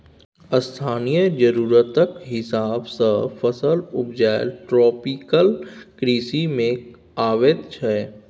स्थानीय जरुरतक हिसाब सँ फसल उपजाएब ट्रोपिकल कृषि मे अबैत छै